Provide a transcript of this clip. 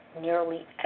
Nearly